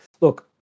look